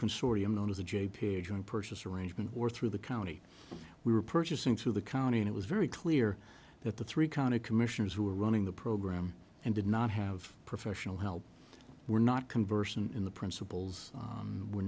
consortium known as the j p a joint purchase arrangement or through the county we were purchasing through the county and it was very clear that the three county commissioners who were running the program and did not have professional help were not conversant in the principles and were